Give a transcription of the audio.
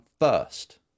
first